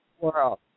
world